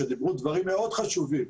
שדיברו דברים מאוד חשובים